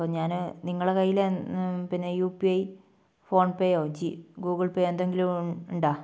അപ്പോൾ ഞാൻ നിങ്ങളെ കയ്യിൽ പിന്നെ യു പി ഐ ഫോൺ പേയോ ഗൂഗിൾ പേയോ എന്തെങ്കിലും ഉണ്ടോ